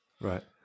Right